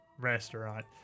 restaurant